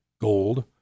gold